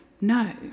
No